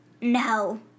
no